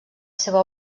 seva